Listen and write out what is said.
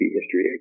History